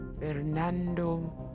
Fernando